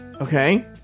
Okay